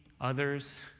others